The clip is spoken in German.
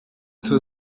zur